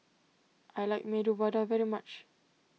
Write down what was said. I like Medu Vada very much